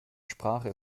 sprache